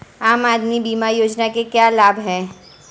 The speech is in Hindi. आम आदमी बीमा योजना के क्या लाभ हैं?